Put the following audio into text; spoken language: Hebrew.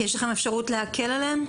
יש לכם אפשרות להקל עליהם?